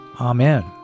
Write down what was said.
Amen